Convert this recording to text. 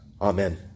Amen